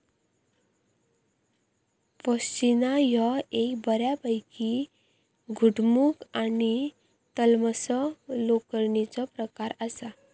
पश्मीना ह्यो एक बऱ्यापैकी घटमुट आणि तलमसो लोकरीचो प्रकार आसा